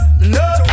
no